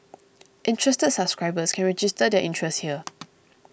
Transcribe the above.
interested subscribers can register their interest here